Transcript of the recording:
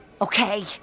Okay